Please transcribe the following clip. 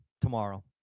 tomorrow